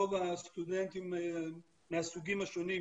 רוב הסטודנטים מהסוגים השונים,